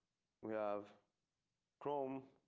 we have chrome.